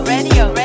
Radio